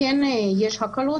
כן יש הקלות